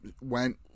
went